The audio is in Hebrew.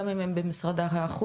גם אם הם במשרד החוץ,